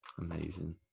Amazing